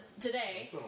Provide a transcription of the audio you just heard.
today